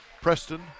Preston